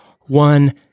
One